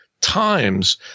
times